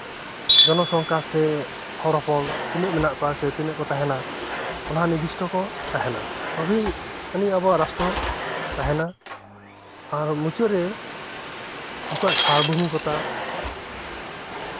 ᱡᱚᱱᱚᱥᱚᱝᱠᱷᱟ ᱥᱮ ᱦᱚᱲ ᱦᱚᱯᱚᱱ ᱛᱤᱱᱟᱹᱜ ᱢᱮᱱᱟᱜ ᱠᱚᱣᱟ ᱥᱮ ᱛᱤᱱᱟᱹᱜ ᱠᱚ ᱛᱟᱦᱮᱱᱟ ᱚᱱᱟ ᱦᱚᱸ ᱱᱤᱨᱫᱤᱥᱴᱚ ᱠᱚ ᱛᱟᱦᱮᱱᱟ ᱛᱚᱵᱮ ᱟᱹᱱᱤᱪ ᱨᱟᱥᱴᱨᱚ ᱛᱟᱦᱮᱱᱟ ᱢᱩᱪᱟᱹᱫ ᱨᱮ ᱩᱱᱠᱩᱣᱟᱜ ᱥᱟᱨᱵᱚᱵᱷᱳᱢᱤᱠᱚᱛᱟ